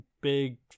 big